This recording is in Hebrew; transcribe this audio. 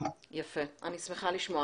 יפה, אני שמחה לשמוע.